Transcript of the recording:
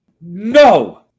no